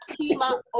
Pima